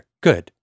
good